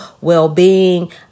well-being